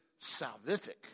salvific